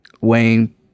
Wayne